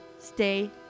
Stay